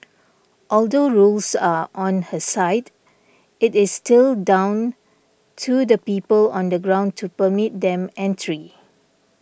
although rules are on her side it is still down to the people on the ground to permit them entry